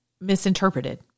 misinterpreted